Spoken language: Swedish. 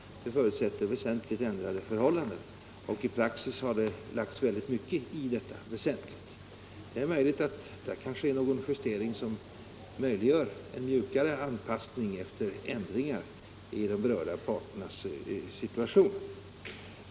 En sådan jämkning förutsätter väsentligt ändrade förhållanden. I praxis har det lagts mycket stor vikt vid ordet ”väsentligt”. Det är möjligt att där kan göras en justering som möjliggör en mjukare anpassning efter förändringar i de berörda parternas situation.